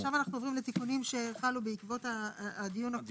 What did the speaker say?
אז עכשיו אנחנו עוברים לתיקונים שחלו בעקבות הדיון הקודם.